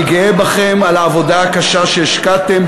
אני גאה בכם על העבודה הקשה שהשקעתם.